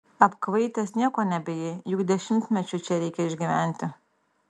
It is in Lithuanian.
apkvaitęs nieko nebijai juk dešimtmečiui čia reikia išgyventi